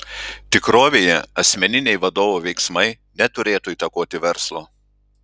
tikrovėje asmeniniai vadovo veiksmai neturėtų įtakoti verslo